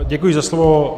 Děkuji za slovo.